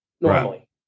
normally